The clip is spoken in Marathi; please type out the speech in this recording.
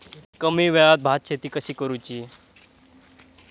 कमी वेळात भात शेती कशी करुची?